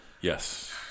Yes